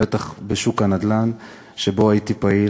בטח בשוק הנדל"ן שבו הייתי פעיל.